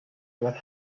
what